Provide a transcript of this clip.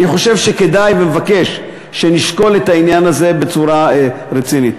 אני חושב שכדאי ומבקש שנשקול את העניין הזה בצורה רצינית.